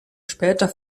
später